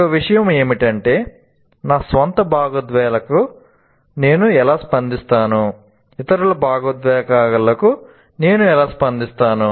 ఒక విషయం ఏమిటంటే నా స్వంత భావోద్వేగాలకు నేను ఎలా స్పందిస్తాను ఇతరుల భావోద్వేగాలకు నేను ఎలా స్పందిస్తాను